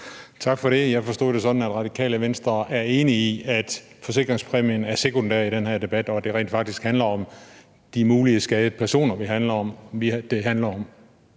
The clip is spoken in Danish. Tak for det. Jeg forstod det sådan, at Radikale Venstre er enig i, at forsikringspræmien er sekundær i den her debat, og at det rent faktisk handler om de mulige skadede personer. I den